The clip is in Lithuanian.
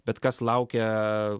bet kas laukia